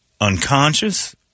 unconscious